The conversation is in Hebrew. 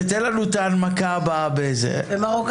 תיתן לנו את ההנמקה הבאה --- במרוקאית?